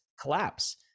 collapse